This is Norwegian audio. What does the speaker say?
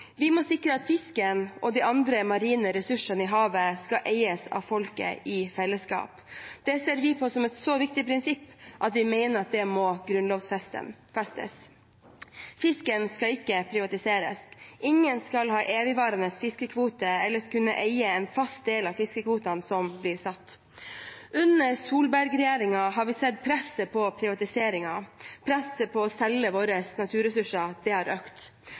Vi må sikre at fisken og de andre marine ressursene i havet eies av folket i fellesskap. Det ser vi på som et så viktig prinsipp at vi mener det må grunnlovfestes. Fisken skal ikke privatiseres. Ingen skal ha evigvarende fiskekvote eller kunne eie en fast del av fiskekvotene som blir satt. Under Solberg-regjeringen har vi sett presset for å privatisere, presset på å selge våre naturressurser har økt.